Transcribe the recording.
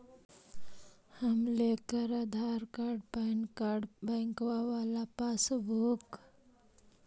हम लेकर Aadhaar card PAN card बैंकवा वाला पासबुक?